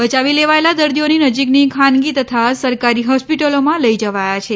બયાવી લેવાયેલાં દર્દીઓને નજીકની ખાનગી તથા સરકારી હોસ્પિટલોમાં લઈ જવાયા છે